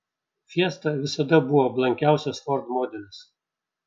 fiesta visada buvo blankiausias ford modelis